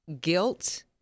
guilt